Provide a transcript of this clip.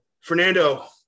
Fernando